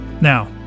Now